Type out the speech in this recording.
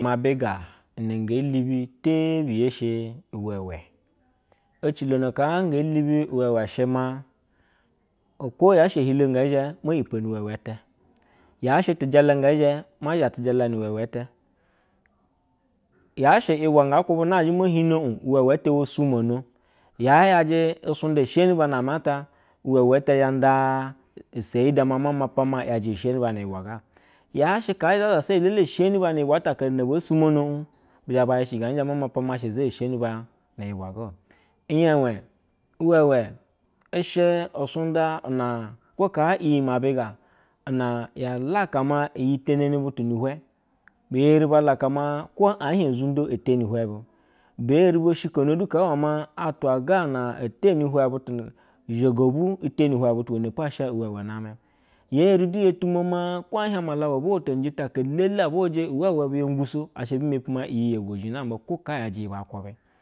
Mabiga ne nge lubi tebiya she uwame ecilo haa nge lubi uwe shema, oko chilo ge zhe mo ipo mo ipo bu wewe ete yashɛ tihaka nge zhe ta sha tijala ni wewe ete yashe bwa nga hube na zhi mohino u uweme ete wosu mono ya yajɛ usunta sheriba ba ame ata iwewe ete zhanda iseyi da ma ma mapa ma yaje shemi ba ni yibwa ga yashɛ kaa ya zayi sheri ba ni yibwa aela bo sumi uzhi ishiga zhan mamapa ma zayi ishiga zha mamaoama zayi shiniba oziyi bwe iyawe theme, ishɛ usu nda na kwaa iya laka ma iyi tene nibutu nu hwe sheri balama no ehic ozundo temi hwe bu, be ari boshe kono huha ma atwa na eteni have butu zhegobu iteni ihwe ite mihwe bu wenepo ahsa iwewe nama, ye eri yoto mako ehice malabu obo woto nujita aka lele abu huje wewe ye guso asha bumepi iye ye bzhe namba fwo lesa iyajɛ yi ba hube.